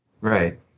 right